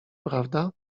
prawda